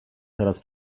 teraz